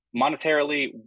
monetarily